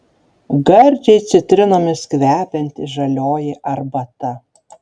gardžiai citrinomis kvepianti žalioji arbata